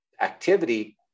activity